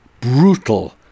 brutal